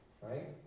right